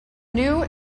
new